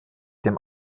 dem